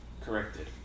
corrected